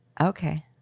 Okay